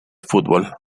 fútbol